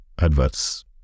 adverts